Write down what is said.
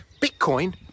Bitcoin